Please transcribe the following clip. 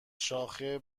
شاخه